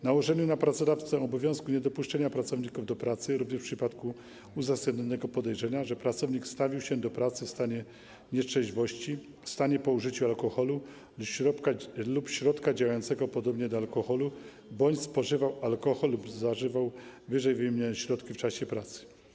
Nałożenie na pracodawcę obowiązku niedopuszczenia pracownika do pracy również w przypadku uzasadnionego podejrzenia, że pracownik stawił się do pracy w stanie nietrzeźwości, w stanie po użyciu alkoholu lub środka działającego podobnie do alkoholu bądź spożywał alkohol lub zażywał ww. środki w czasie pracy.